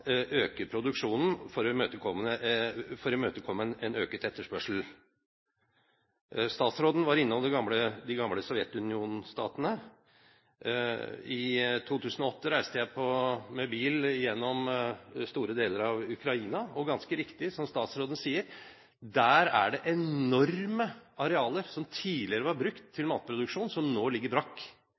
øker produksjonen for å imøtekomme en økt etterspørsel. Statsråden var innom de gamle sovjetstatene. I 2008 reiste jeg med bil gjennom store deler av Ukraina, og ganske riktig – som statsråden sier – er det der enorme arealer som tidligere var brukt til matproduksjon, som nå ligger brakk,